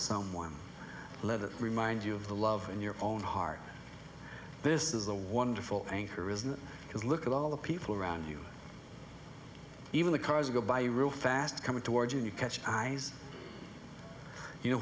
it remind you of the love in your own heart this is a wonderful anchor isn't it because look at all the people around you even the cars go by real fast coming towards you you catch our eyes you